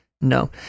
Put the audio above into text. No